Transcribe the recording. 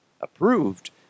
approved